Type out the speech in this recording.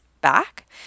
back